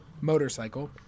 motorcycle